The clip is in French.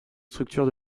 structures